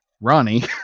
Ronnie